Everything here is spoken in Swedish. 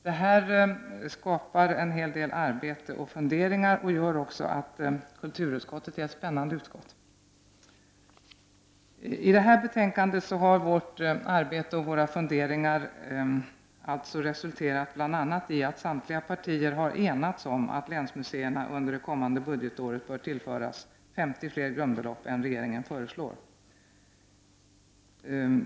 Det här skapar en hel del arbete och funderingar och gör också att kulturutskottet är ett spännande utskott. I det här betänkandet har vårt arbete och våra funderingar alltså resulterat bl.a. i att samtliga partier har enats om att länsmuseerna under det kommande budgetåret bör tillföras 50 fler grundbelopp än vad regeringen föreslagit.